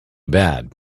bad